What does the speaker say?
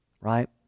right